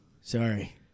Sorry